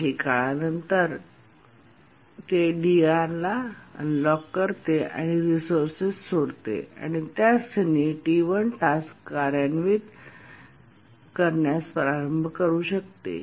काही काळा नंतर ते DR ला अनलॉक करते रिसोर्सेस सोडते आणि त्या क्षणीच T1 टास्क कार्यान्वित करण्यास प्रारंभ करू शकते